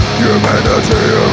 humanity